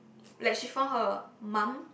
like she found her mum